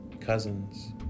cousins